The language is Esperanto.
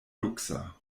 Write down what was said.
luksa